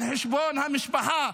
על חשבון המשפחה,